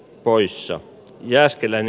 porissa jääskelän